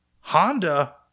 Honda